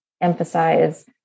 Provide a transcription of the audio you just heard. emphasize